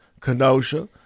Kenosha